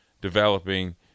developing